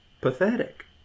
pathetic